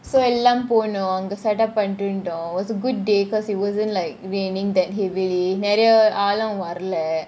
so எல்லாம் போனோம் அங்க :ellam ponom anga setup பண்ணிட்டு இருந்தோம் :pannitu irunthom it was a good day because it wasn't like raining that heavily நெறய ஆளும் வரல :neraya aalum varala